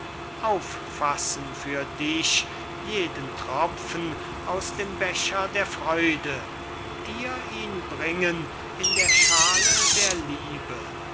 wunde auffassen für dich jeden tropfen aus dem becher der freude dir ihn bringen in die schale der liebe